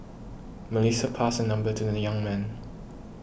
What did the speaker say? Melissa passed her number to the young man